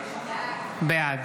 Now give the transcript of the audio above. בעד